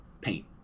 paint